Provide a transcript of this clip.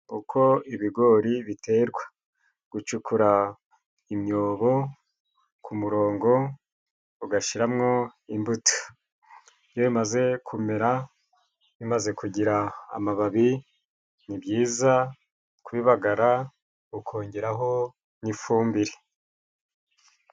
Uko ibigori biterwa, gucukura imyobo k'umurongo ugashyiramo imbuto, iyo bimaze kumera bimaze kugira amababi, nibyiza kubibagara, ukongeraho n'ifumbire.